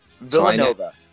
Villanova